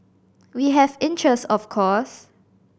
we have interest of course